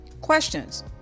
Questions